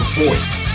voice